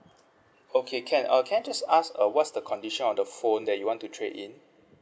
okay can uh I just ask uh what's the condition of the phone that you want to trade in